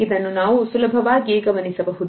ಇದನ್ನು ನಾವು ಸುಲಭವಾಗಿ ಗಮನಿಸಬಹುದು